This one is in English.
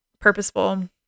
purposeful